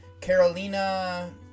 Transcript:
Carolina